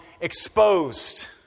exposed